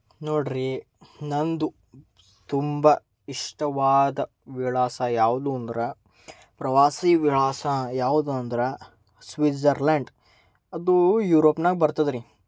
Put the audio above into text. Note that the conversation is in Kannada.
ನೋಡ್ರೀ ನಮ್ದು ತುಂಬ ಇಷ್ಟವಾದ ವಿಳಾಸ ಯಾವುದು ಅಂದ್ರೆ ಪ್ರವಾಸಿ ವಿಳಾಸ ಯಾವುದು ಅಂದ್ರೆ ಸ್ವಿಝರ್ಲ್ಯಾಂಡ್ ಅದು ಯುರೋಪ್ನಾಗ ಬರ್ತದೆ ರೀ